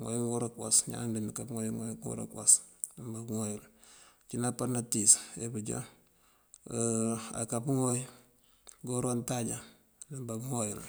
Ŋooy ngëwora këwas, ñaan namdembi aká puŋooy ngëwora këwas pur pubá uŋooy yul. Ucí napaţ natíis já bujá aká puŋooy ngëwora untáajá pur pubá uŋooy yul.